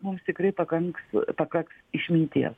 mums tikrai pakanks pakaks išminties